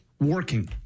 working